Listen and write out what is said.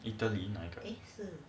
italy 哪一个